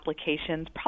applications